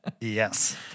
yes